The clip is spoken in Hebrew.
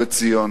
בציון.